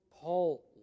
Paul